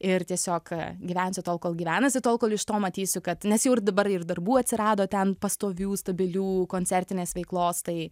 ir tiesiog gyvensiu tol kol gyvenasi tol kol iš to matysiu kad nes jau ir dabar ir darbų atsirado ten pastovių stabilių koncertinės veiklos tai